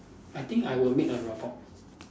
I think I will make a robot